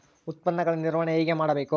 ಉತ್ಪನ್ನಗಳ ನಿರ್ವಹಣೆ ಹೇಗೆ ಮಾಡಬೇಕು?